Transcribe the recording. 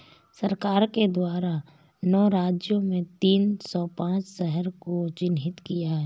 सरकार के द्वारा नौ राज्य में तीन सौ पांच शहरों को चिह्नित किया है